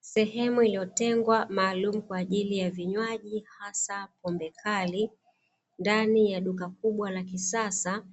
Sehemu iliyotengwa maalumu kwa vinywaji hasa pombe kali, ndani ya duka kubwa la kisasa